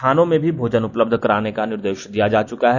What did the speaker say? थानों में भी भोजन उपलब्ध कराने का निर्देश दिया जा चुका है